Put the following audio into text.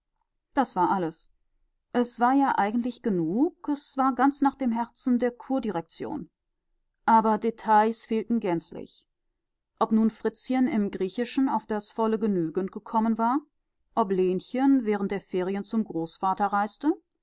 das war alles es war ja eigentlich genug es war ganz nach dem herzen der kurdirektion aber details fehlten gänzlich ob nun fritzchen im griechischen auf das volle genügend gekommen war ob lenchen während der ferien zum großvater reiste